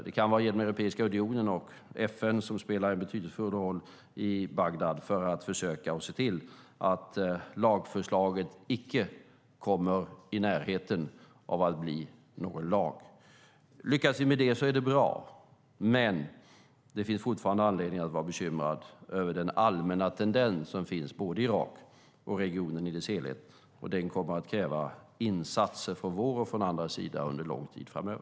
Det kan ske genom den europeiska unionen och FN, som spelar en betydelsefull roll i Bagdad för att försöka att se till att lagförslaget icke kommer i närheten av att bli någon lag. Lyckas vi med det är bra, men det finns fortfarande anledning att vara bekymrad över den allmänna tendens som finns både i Irak och i regionen i dess helhet. Det kommer att krävas insatser från oss och andra under en lång tid framöver.